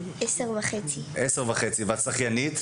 אני בת 10.5. ואת שחיינית.